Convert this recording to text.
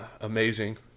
amazing